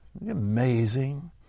Amazing